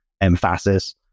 emphasis